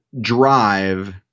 drive